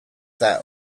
that